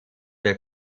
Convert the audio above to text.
der